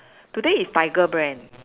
today is tiger brand